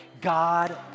God